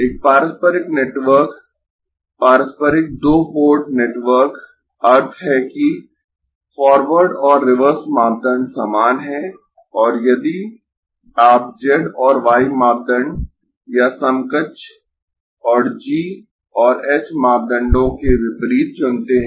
एक पारस्परिक नेटवर्क पारस्परिक दो पोर्ट नेटवर्क अर्थ है कि फॉरवर्ड और रिवर्स मापदंड समान है और यदि आप z और y मापदंड या समकक्ष और g और h मापदंडों के विपरीत चुनते है